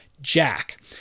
Jack